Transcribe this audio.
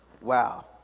Wow